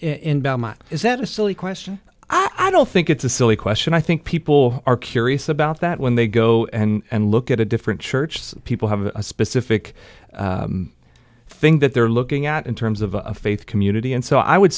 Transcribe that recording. belmont is that a silly question i don't think it's a silly question i think people are curious about that when they go and look at a different church some people have a specific thing that they're looking at in terms of a faith community and so i would